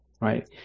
right